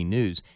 News